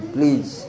Please